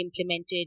implemented